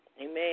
amen